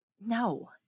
No